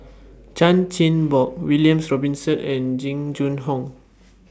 Chan Chin Bock William Robinson and Jing Jun Hong